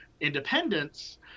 independence